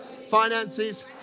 finances